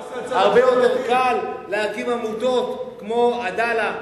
הרבה יותר קל להקים עמותות כמו "עדאלה"